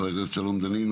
חבר הכנסת שלום דנינו,